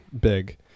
big